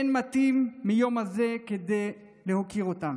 אין מתאים מהיום הזה כדי להוקיר אותם.